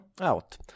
out